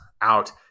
out